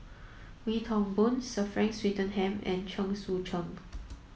Wee Toon Boon Sir Frank Swettenham and Chen Sucheng